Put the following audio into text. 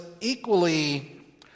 equally